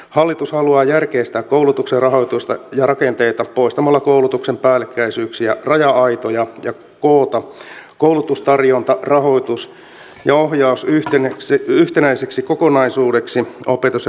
hallitus haluaa järkeistää koulutuksen rahoitusta ja rakenteita poistamalla koulutuksen päällekkäisyyksiä raja aitoja ja koota koulutustarjonnan rahoituksen ja ohjauksen yhtenäiseksi kokonaisuudeksi opetus ja kulttuuriministeriön alle